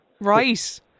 Right